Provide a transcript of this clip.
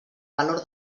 valor